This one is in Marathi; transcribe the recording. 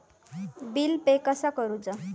बिल पे कसा करुचा?